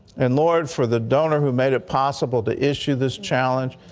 and lord, for the donor who made it possible to issue this challenge,